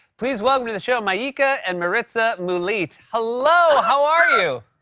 please welcome to the show maika and maritza moulite. hello! how are you?